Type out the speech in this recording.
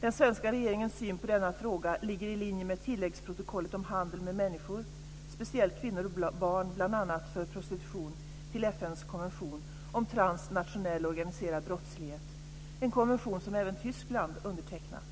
Den svenska regeringens syn på denna fråga ligger i linje med tilläggsprotokollet om handel med människor, speciellt kvinnor och barn bl.a. för prostitution, till FN:s konvention om transnationell organiserad brottslighet, en konvention som även Tyskland undertecknat.